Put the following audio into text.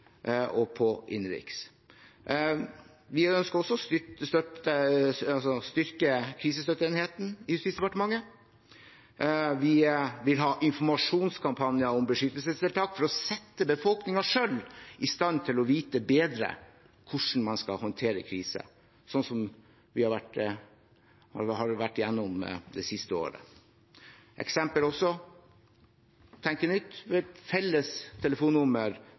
og på innenriks. Vi ønsker også å styrke krisestøtteenheten i Justisdepartementet. Vi vil ha informasjonskampanjer om beskyttelsestiltak for å sette befolkningen selv i stand til å vite bedre hvordan man skal håndtere kriser, sånn som vi har vært igjennom det siste året. Et eksempel også – for å tenke nytt: et felles telefonnummer